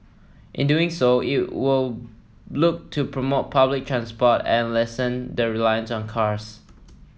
in doing so it will look to promote public transport and lessen the reliance on cars